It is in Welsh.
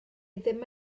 ddim